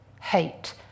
Hate